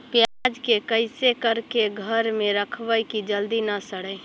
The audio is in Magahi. प्याज के कैसे करके घर में रखबै कि जल्दी न सड़ै?